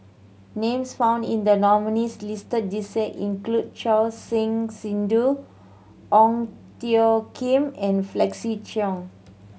names found in the nominees' list this year include Choor Singh Sidhu Ong Tjoe Kim and Felix Cheong